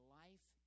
life